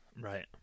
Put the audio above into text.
right